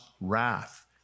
wrath